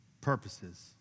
purposes